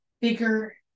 bigger